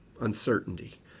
uncertainty